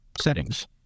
Settings